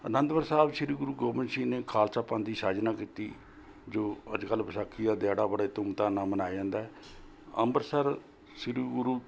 ਅਨੰਦਪੁਰ ਸਾਹਿਬ ਸ਼੍ਰੀ ਗੁਰੂ ਗੋਬਿੰਦ ਸਿੰਘ ਨੇ ਖਾਲਸਾ ਪੰਥ ਦੀ ਸਾਜਨਾ ਕੀਤੀ ਜੋ ਅੱਜ ਕੱਲ੍ਹ ਵਿਸਾਖੀ ਦਾ ਦਿਹਾੜਾ ਬੜੇ ਧੂਮਧਾਮ ਨਾਲ ਮਨਾਇਆ ਜਾਂਦਾ ਅੰਬਰਸਰ ਸ਼੍ਰੀ ਗੁਰੂ